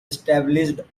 established